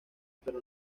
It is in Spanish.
pero